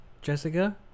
Jessica